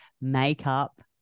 makeup